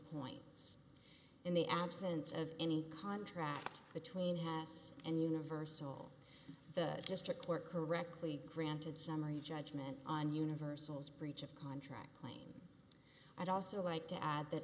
points in the absence of any contract between has and universal the district court correctly granted summary judgment on universal's breach of contract but i'd also like to add that